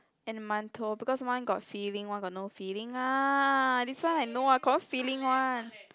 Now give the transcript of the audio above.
and mantou because one got filling one got no filling ah this one I know I confirm feeling one